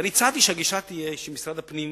ואני הצעתי שהגישה תהיה שמשרד הפנים